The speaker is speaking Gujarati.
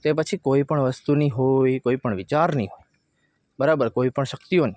તે પછી કોઈપણ વસ્તુની હોય કોઈપણ વિચારની હોય બરાબર કોઈપણ શક્તિઓની